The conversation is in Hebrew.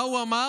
מה הוא אמר?